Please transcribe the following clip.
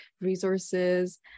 resources